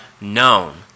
known